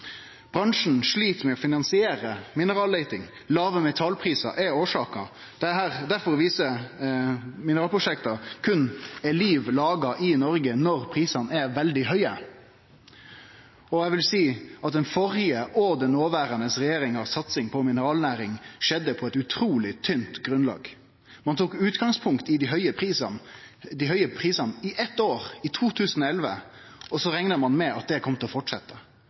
Bransjen slit med å finansiere mineralleiting. Låge metallprisar er årsaka. Det viser at mineralprosjekt berre er liv laga i Noreg når prisane er svært høge, og eg vil seie at den førre og den noverande regjeringa si satsing på mineralnæringa skjedde på eit utruleg tynt grunnlag. Ein tok utgangspunkt i dei høge prisane i eitt år, i 2011, og så rekna ein med at det kom til å